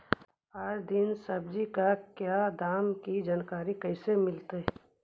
आज दीन सब्जी का क्या दाम की जानकारी कैसे मीलतय?